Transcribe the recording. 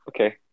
Okay